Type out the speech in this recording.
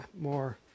more